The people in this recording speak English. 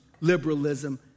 liberalism